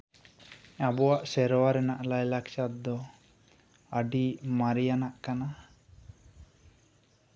ᱟᱵᱚᱣᱟᱜ ᱥᱮᱨᱣᱟ ᱨᱮᱱᱟᱜ ᱞᱟᱭᱼᱞᱟᱠᱪᱟᱨ ᱫᱚ ᱟᱹᱰᱤ ᱢᱟᱨᱮᱭᱟᱱᱟᱜ ᱠᱟᱱᱟ